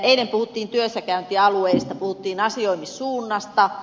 eilen puhuttiin työs säkäyntialueista puhuttiin asioimissuunnasta